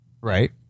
Right